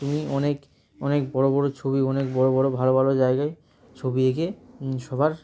তুমি অনেক অনেক বড়ো বড়ো ছবি অনেক বড়ো বড়ো ভালো ভালো জায়গায় ছবি এঁকে সবার